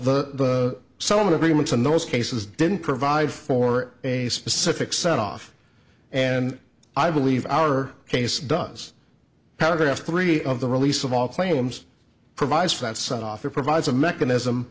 the settlement agreements in those cases didn't provide for a specific set off and i believe our case does paragraph three of the release of all claims provides that such offer provides a mechanism